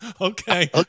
Okay